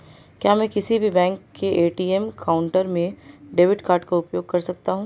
क्या मैं किसी भी बैंक के ए.टी.एम काउंटर में डेबिट कार्ड का उपयोग कर सकता हूं?